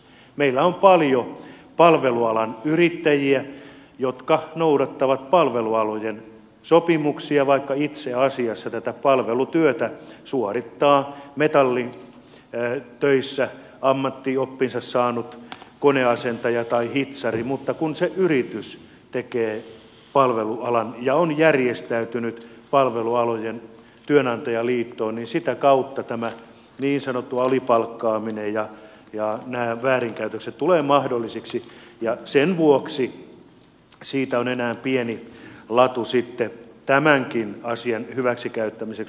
meillä on paljon palvelualan yrittäjiä jotka noudattavat palvelualojen sopimuksia vaikka itse asiassa tätä palvelutyötä suorittaa metallitöissä ammattioppinsa saanut koneasentaja tai hitsari mutta kun se yritys on järjestäytynyt palvelualojen työnantajaliittoon niin sitä kautta tämä niin sanottu alipalkkaaminen ja nämä väärinkäytökset tulevat mahdollisiksi ja sen vuoksi siitä on enää pieni latu sitten tämänkin asian hyväksi käyttämiseksi